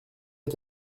est